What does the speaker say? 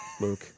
Luke